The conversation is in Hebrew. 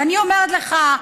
ואני אומרת לך: